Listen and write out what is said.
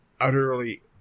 utterly